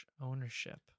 ownership